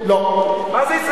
מה זה "ישראלים טובים"?